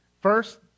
First